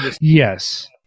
Yes